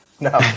No